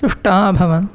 तुष्टाः अभवन्